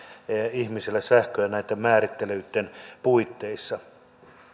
ihmisille sähköä näitten määrittelyitten puitteissa